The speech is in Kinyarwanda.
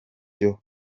byo